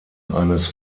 eines